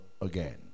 again